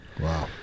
wow